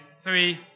three